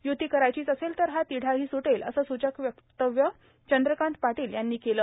य्ती करायचीच असेल तर हा तिढाही स्टेल असे सूचक वक्तव्य चंद्रकांत पाटील यांनी केले